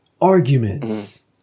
Arguments